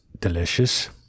delicious